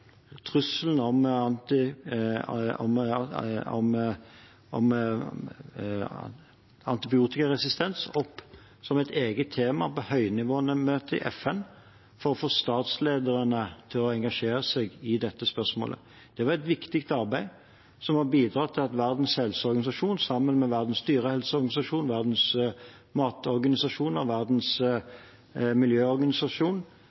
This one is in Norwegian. trusselen om antibiotikaresistens opp som et eget tema på høynivåmøtet i FN for å få statslederne til å engasjere seg i dette spørsmålet. Det var et viktig arbeid, som har bidratt til at Verdens helseorganisasjon sammen med Verdens dyrehelseorganisasjon, verdens matorganisasjoner og verdens